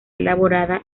elaborada